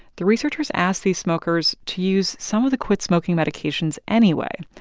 the researchers asked these smokers to use some of the quit-smoking medications anyway.